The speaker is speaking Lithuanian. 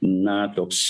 na toks